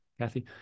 Kathy